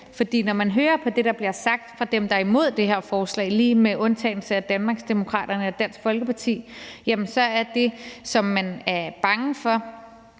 For når man hører på det, der bliver sagt af dem, der er imod det her forslag – lige med undtagelse af Danmarksdemokraterne og Dansk Folkeparti – må man forstå, at det, som man er bange for,